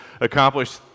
accomplish